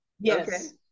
Yes